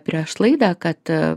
prieš laidą kad